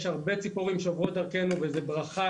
יש הרבה ציפורים שעוברות דרכנו וזו ברכה,